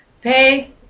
pay